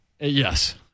Yes